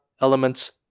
elements